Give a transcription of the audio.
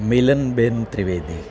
Milanben Trivedi